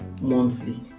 monthly